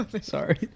Sorry